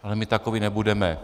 Ale my takoví nebudeme.